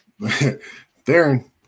Darren